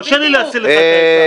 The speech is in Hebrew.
תרשה לי להשיא לך את העצה הזו.